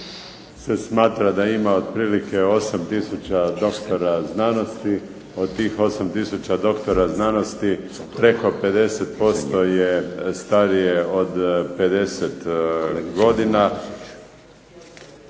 se smatra da ima otprilike 8 tisuća doktora znanosti, od tih 8 tisuća doktora znanosti preko 50% je starije od 50 godina